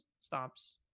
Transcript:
stops